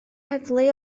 heddlu